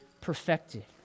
perfected